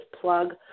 plug